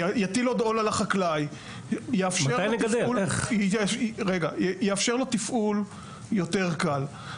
יטיל עוד עול על החקלאי, יאפשר לו תפעול יותר קל.